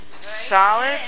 Solid